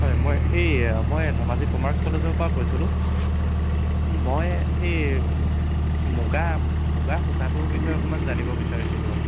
হয় মই এই মই ধেমাজি কমাৰ্চ কলেজৰপৰা কৈছিলোঁ মই সেই মুগা মুগা সূতাটোৰ বিষয়ে অকণমান জানিব বিচাৰিছিলোঁ